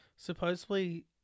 Supposedly